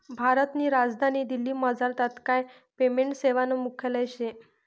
भारतनी राजधानी दिल्लीमझार तात्काय पेमेंट सेवानं मुख्यालय शे